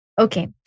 Okay